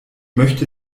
möchte